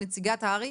כנציגת האר"י